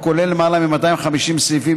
הכולל למעלה מ-250 סעיפים,